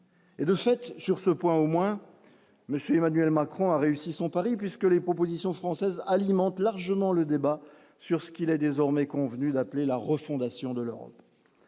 Et de fait, sur ce point au moins monsieur Emmanuel Macron a réussi son pari, puisque les propositions françaises alimente largement le débat sur ce qu'il est désormais convenu d'appeler la refondation de l'Europe,